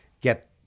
get